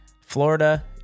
Florida